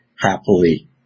happily